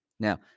Now